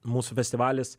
mūsų festivalis